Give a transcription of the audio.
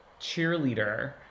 cheerleader